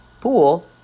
pool